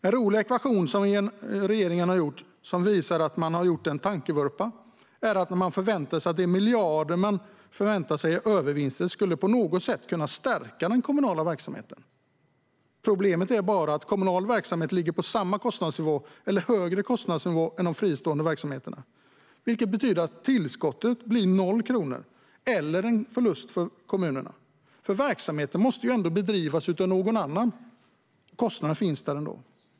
En rolig ekvation som regeringen har gjort och som visar att man gjort en tankevurpa är att man räknar med att de miljarder man förväntar sig i övervinster på något sätt skulle kunna stärka den kommunala verksamheten. Problemet är bara att kommunal verksamhet ligger på samma kostnadsnivå eller högre kostnadsnivå än de fristående verksamheterna. Det betyder att tillskottet blir noll kronor eller en förlust för kommunerna. Verksamheten måste ändå bedrivas av någon annan, och kostnaden finns där ändå.